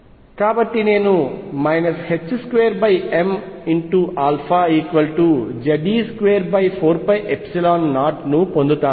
కాబట్టి నేను 22mαZe24π0 ను పొందుతాను